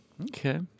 Okay